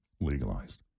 legalized